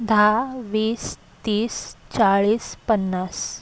दहा वीस तीस चाळीस पन्नास